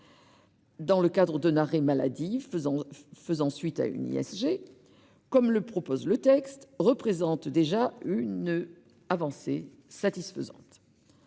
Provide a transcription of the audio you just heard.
dans le cadre d'un arrêt maladie faisant suite à une ISG, comme le prévoit le texte, représente déjà une avancée satisfaisante.